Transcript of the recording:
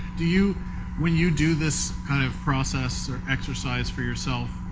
do you when you do this kind of process or exercise for yourself,